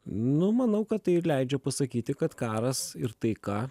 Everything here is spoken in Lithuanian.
nu manau kad tai ir leidžia pasakyti kad karas ir taika